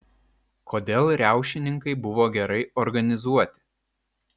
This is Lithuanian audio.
kodėl riaušininkai buvo gerai organizuoti